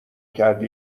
کردی